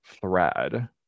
thread